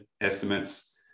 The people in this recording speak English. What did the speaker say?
estimates